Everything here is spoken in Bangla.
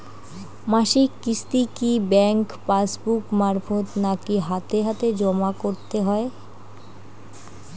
মাসিক কিস্তি কি ব্যাংক পাসবুক মারফত নাকি হাতে হাতেজম করতে হয়?